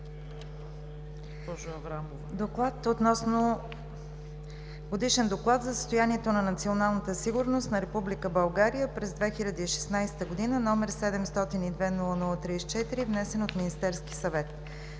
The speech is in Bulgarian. Годишен доклад за състоянието на националната сигурност на Република България през 2016 г., № 702-00-34, внесен от Министерския съвет